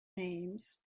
names